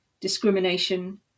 discrimination